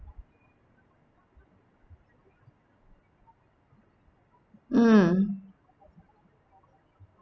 mm